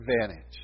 advantage